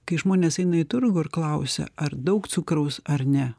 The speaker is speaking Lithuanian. kai žmonės eina į turgų ir klausia ar daug cukraus ar ne